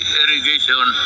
irrigation